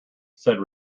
said